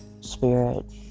spirit